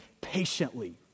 patiently